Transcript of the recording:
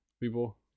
people